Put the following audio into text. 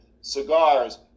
cigars